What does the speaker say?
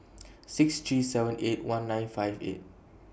six three seven eight one nine five eight